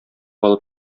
алып